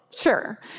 sure